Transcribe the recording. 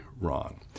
wrong